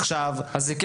אז הוא לא יכול להיכנס.